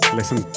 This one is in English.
listen